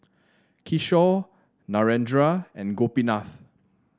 Kishore Narendra and Gopinath